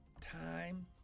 time